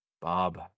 Bob